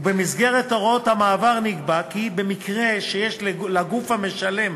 ובמסגרת הוראות המעבר נקבע כי במקרה שיש לגוף המשלם